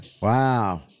Wow